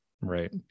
Right